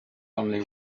only